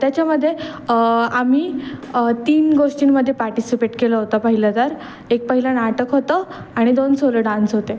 त्याच्यामदध्ये आम्ही तीन गोष्टींमध्ये पार्टिसिपेट केलं होतं पहिलं तर एक पहिलं नाटक होतं आणि दोन सोलो डान्स होते